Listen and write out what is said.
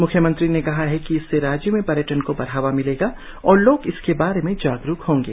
मुख्यमंत्रियों ने कहा है कि इससे राज्य में पर्यटन को बढ़ावा मिलेगा और लोग इसके बारे में जागरुक होंगे